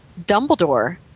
Dumbledore